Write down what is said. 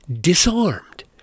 disarmed